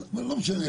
לא משנה,